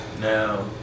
Now